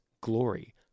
glory